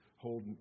Hold